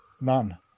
None